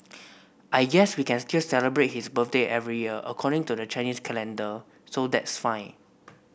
I guess we can still celebrate his birthday every year according to the Chinese calendar so that's fine